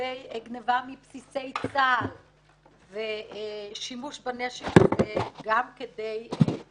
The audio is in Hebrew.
לגבי גניבה מבסיסי צה"ל ושימוש בנשק הזה גם כדי להרוג.